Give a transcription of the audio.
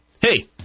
Hey